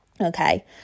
okay